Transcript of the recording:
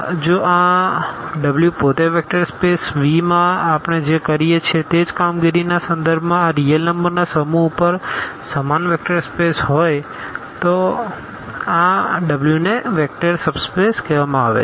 જો આ W પોતે વેક્ટર સ્પેસ Vમાં આપણે જે કરીએ છીએ તે જ કામગીરીના સંદર્ભમાં આ રીઅલ નંબર ના સમૂહ ઉપર સમાન વેક્ટર સ્પેસ હોય તો આ Wને વેક્ટર સબ સ્પેસ કહેવામાં આવે છે